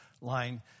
line